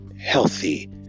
healthy